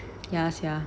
ya sia